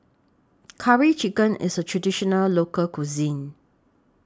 Curry Chicken IS A Traditional Local Cuisine